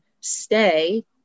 stay